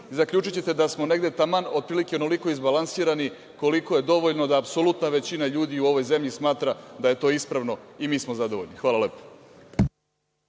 Zaključite da smo negde taman otprilike izbalansirani koliko je dovoljno da apsolutna većina ljudi u ovoj zemlji smatra da je to ispravno i mi smo zadovoljni. Hvala.